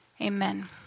Amen